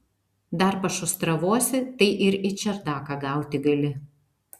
dar pašustravosi tai ir į čerdaką gauti gali